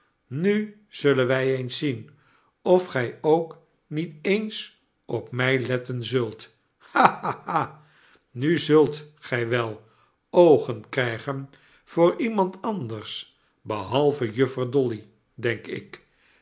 nu zullen wij eens zien of gij ook niet eens op mij letten zult ha ha ha nu zult gij wel oogen krijgen voor iemand anders behalve juffer dolly denk ik